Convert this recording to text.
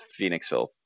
Phoenixville